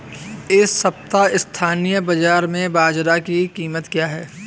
इस सप्ताह स्थानीय बाज़ार में बाजरा की कीमत क्या है?